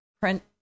print